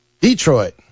Detroit